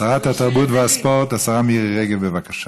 שרת התרבות והספורט, השרה מירי רגב, בבקשה.